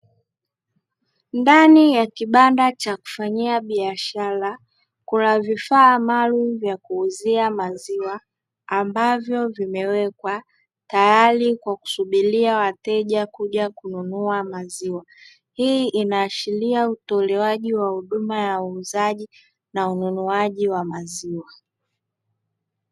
Ndani ya kibanda cha kufanyia biashara kuna vifaa maalumu vya kuuzia maziwa ambavyo vimewekwa tayari kwa kusubiria wateja kuja kununua maziwa. Hii inaashiria utolewaji wa huduma ya uuzaji na ununuaji wa maziwa.